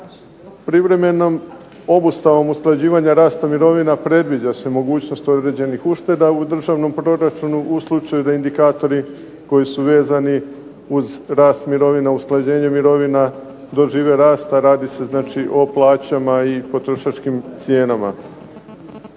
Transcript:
Privremenom obustavom usklađivanja rasta mirovina predviđa se mogućnost određenih ušteda u državnom proračunu u slučaju da indikatori koji su vezani uz rast mirovina, usklađenje mirovina dožive rast, a radi se znači o plaćama i potrošačkim cijenama.